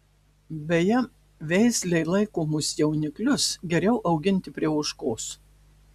beje veislei laikomus jauniklius geriau auginti prie ožkos